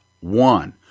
one